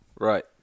Right